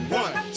one